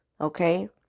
okay